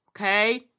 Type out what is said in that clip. Okay